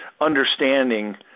understanding